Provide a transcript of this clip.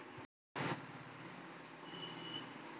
मैंने कल अपनी गलती से उसे दस हजार रुपया का फ़ंड ट्रांस्फर कर दिया